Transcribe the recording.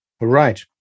Right